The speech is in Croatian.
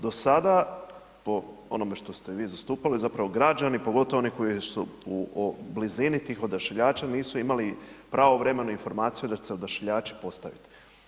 Do sada po onome što ste vi zastupali, zapravo građani, pogotovo oni koji su u blizini tih odašiljača nisu imali pravovremenu informaciju da će se odašiljači ostaviti.